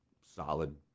solid